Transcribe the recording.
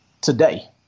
Today